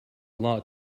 lot